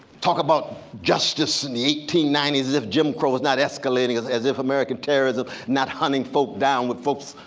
talk about justice and eighteen ninety s as if jim crow was not escalating, as as if american terrorism not hunting folk down with folks,